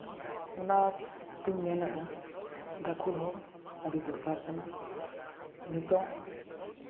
ᱚᱱᱟ ᱛᱤᱧ ᱢᱮᱱ ᱮᱫᱟ ᱜᱟᱹᱠᱷᱩᱲ ᱦᱚᱲ ᱟᱹᱰᱤ ᱫᱚᱨᱠᱟᱨ ᱠᱟᱱᱟ ᱱᱤᱛᱚᱜ